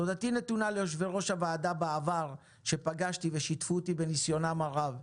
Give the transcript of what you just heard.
תודתי נתונה ליושבי-ראש הוועדה בעבר שפגשתי ושיתפו אותי בניסיונם הרב: